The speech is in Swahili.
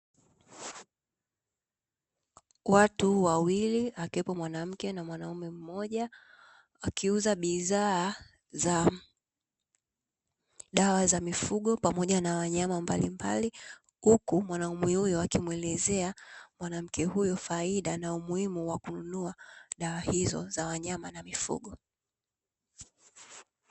Watu wawili akiwepo mwanamke na mwanaume mmoja, akiuza bidhaa za dawa za mifugo pamoja na wanyama mbalimbali, huku mwanaume huyo akimwelezea mwanamke huyofaida na umuhimu wa kununua dawa hizo za wanyama na mifugo.